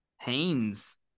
haynes